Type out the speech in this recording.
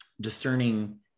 discerning